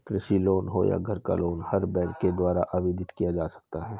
कृषि लोन हो या घर का लोन हर एक बैंक के द्वारा आवेदित किया जा सकता है